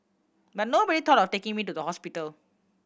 but nobody thought of taking me to the hospital